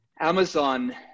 Amazon